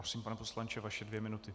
Prosím, pane poslanče, vaše dvě minuty.